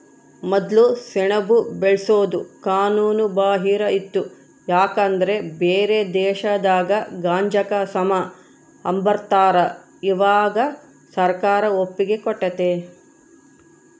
ಮೊದ್ಲು ಸೆಣಬು ಬೆಳ್ಸೋದು ಕಾನೂನು ಬಾಹಿರ ಇತ್ತು ಯಾಕಂದ್ರ ಬ್ಯಾರೆ ದೇಶದಾಗ ಗಾಂಜಾಕ ಸಮ ಅಂಬತಾರ, ಇವಾಗ ಸರ್ಕಾರ ಒಪ್ಪಿಗೆ ಕೊಟ್ಟತೆ